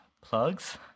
plugs